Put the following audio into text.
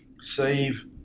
save